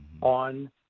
on